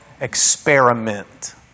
experiment